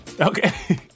Okay